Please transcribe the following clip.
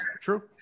true